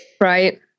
Right